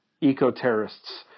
eco-terrorists